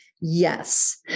Yes